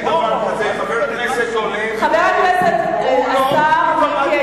חבר הכנסת והשר מיקי